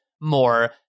more